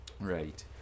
Right